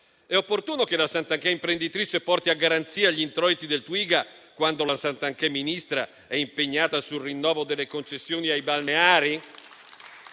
È opportuno che la Santanchè imprenditrice porti a garanzia gli introiti del Twiga, quando la Santanchè ministra è impegnata sul rinnovo delle concessioni ai balneari?